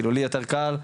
כאילו לי יותר קל,